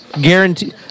Guarantee